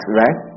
right